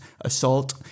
assault